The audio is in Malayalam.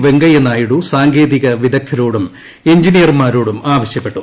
വെങ്കയ്യനായിഡു സാങ്കേതികവിദഗ്ദ്ധരോടും എൻജിനീയർമാരോടും ആവശ്യപ്പെട്ടു